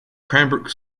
cranbrook